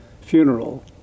funeral